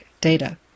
data